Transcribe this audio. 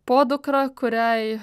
podukra kuriai